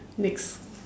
next